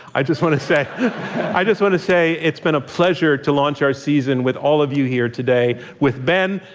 i just want to say i just want to say it's been a pleasure to launch our season with all of you here today, with ben,